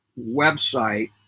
website